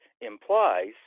implies